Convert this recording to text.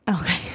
Okay